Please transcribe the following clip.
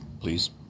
please